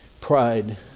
Pride